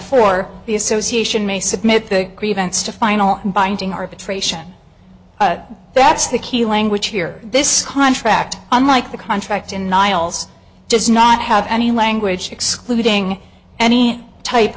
four the association may submit the grievance to final binding arbitration that's the key language here this contract unlike the contract in niles does not have any language excluding any type